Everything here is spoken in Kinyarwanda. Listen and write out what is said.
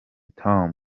tom